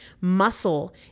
Muscle